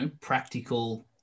practical